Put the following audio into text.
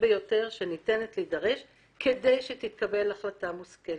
ביותר שניתנת להידרש כדי שתתקבל החלטה מושכלת.